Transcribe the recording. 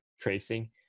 tracing